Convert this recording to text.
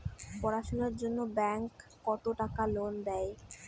পড়াশুনার জন্যে ব্যাংক কত টাকা লোন দেয়?